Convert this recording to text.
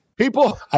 People